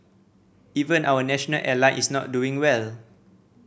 even our national airline is not doing well